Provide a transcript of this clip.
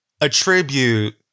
attribute